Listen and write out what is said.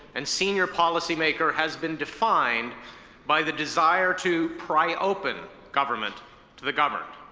and senior policy maker has been defined by the desire to pry open government to the governed.